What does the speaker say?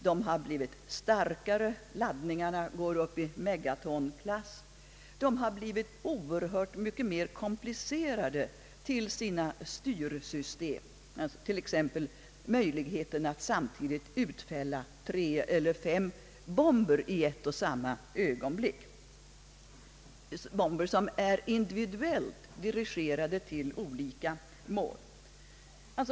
De har blivit starkare. Laddningarna går upp i megatonklass. Raketerna har blivit oerhört mycket mer komplicerade till sina styrsystem, t.ex. möjligheten att samtidigt utfälla 3—5 bomber i ett och samma ögonblick, bomber som är individuellt dirigerade mot olika mål .